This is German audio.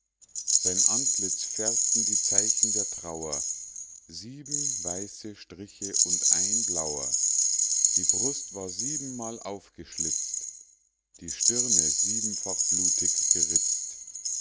sein antlitz färbten die zeichen der trauer sieben weiße striche und ein blauer die brust war siebenmal aufgeschlitzt die stirne siebenfach blutig geritzt